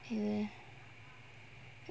ya